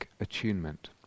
attunement